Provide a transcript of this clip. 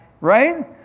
right